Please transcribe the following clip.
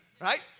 Right